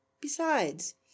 Besides